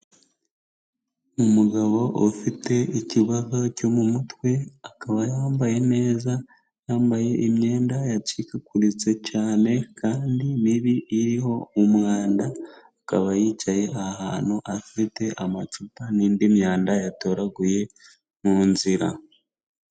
Umugabo ufite ikibazo cyo mu mutwe, akaba yambaye neza yambaye imyenda yacikaguritse cyane kandi mibi iriho umwanda, akaba yicaye ahantu afite amacupa n'indi myanda yatoraguye mu nzira.